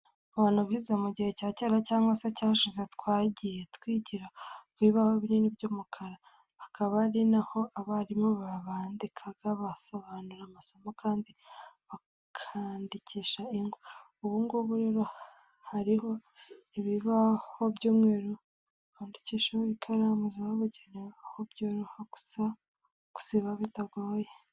Mu bantu bize mu gihe cya kera cyangwa se cyashize twagiye twigira ku bibaho binini by'umukara akaba ari n'aho abarimu bandikaga basobanurira amasomo kandi bakandikisha ingwa. Ubu ngubu rero hariho ibibaho by'umweru bandikisha ho ikaramu zabugenewe aho byoroha gusiba bitagoye.